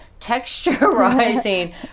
texturizing